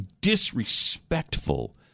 disrespectful